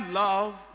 love